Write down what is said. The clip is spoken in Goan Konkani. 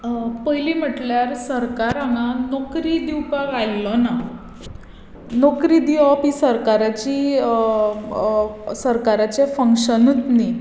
पयलीं म्हणल्यार सरकार हांगा नोकरी दिवपाक आयल्लो ना नोकरी दिवप ही सरकाराची सरकाराचें फंक्शनूच न्हय